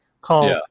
called